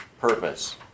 purpose